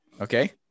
Okay